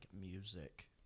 music